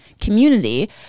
community